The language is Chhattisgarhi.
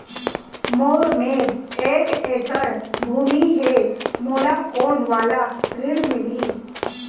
मोर मेर एक एकड़ भुमि हे मोला कोन वाला ऋण मिलही?